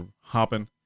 hopping